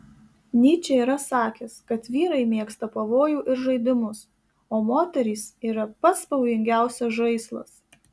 nyčė yra sakęs kad vyrai mėgsta pavojų ir žaidimus o moterys yra pats pavojingiausias žaislas